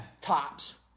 tops